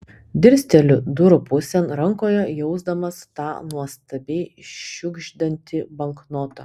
dirsteliu durų pusėn rankoje jausdamas tą nuostabiai šiugždantį banknotą